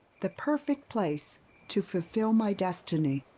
the perfect place to fulfill my destiny!